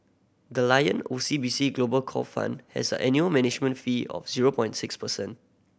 the Lion O C B C Global Core Fund has an annual management fee of zero point six percent